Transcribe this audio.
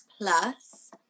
plus